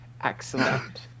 Excellent